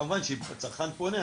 כמובן אם הצרכן פונה,